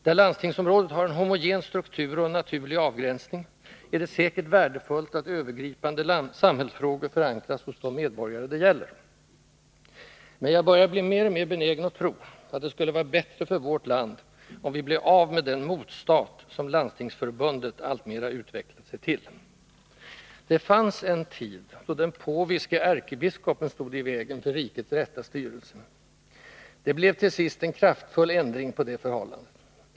Där landstingsområdet har en homogen struktur och en naturlig avgränsning är det säkert värdefullt att övergripande samhällsfrågor förankras hos de medborgare det gäller. Men jag börjar att bli mer och mer benägen att tro att det skulle vara bättre för vårt land, om vi blev av med den mot-stat, som Landstingsförbundet alltmera utvecklat sig till. Det fanns en tid då den påviske ärkebiskopen stod i vägen för rikets rätta styrelse. Det blev till sist en kraftfull ändring på det förhållandet.